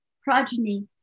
progeny